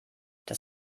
das